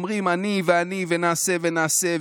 אומרים: אני ואני ונעשה ונעשה,